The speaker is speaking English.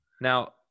Now